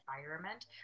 environment